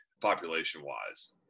population-wise